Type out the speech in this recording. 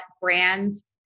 brands